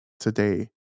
Today